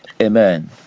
amen